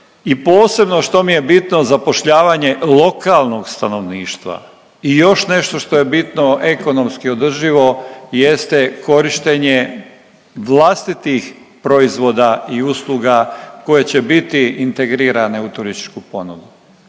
i posebno što mi je bitno zapošljavanje lokalnog stanovništva. I još nešto što je bitno ekonomski održivo jeste korištenje vlastitih proizvoda i usluga koje će biti integrirane u turističku ponudu.